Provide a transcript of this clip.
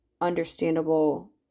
understandable